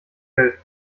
hält